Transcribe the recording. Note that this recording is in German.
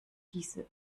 diese